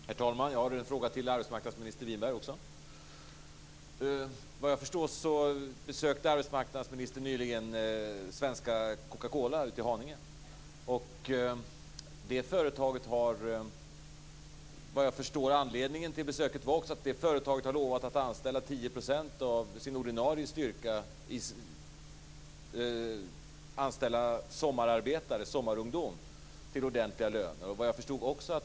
Herr talman! Jag har också en fråga till arbetsmarknadsminister Winberg. Vad jag förstår besökte arbetsmarknadsministern nyligen svenska Coca Cola ute i Haninge. Såvitt jag förstår var anledningen till besöket att företaget har lovat att till ordentliga löner anställa ungdomar för sommarjobb motsvarande 10 % av den ordinarie styrkan.